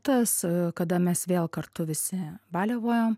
tas kada mes vėl kartu visi baliavojom